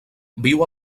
viu